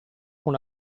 con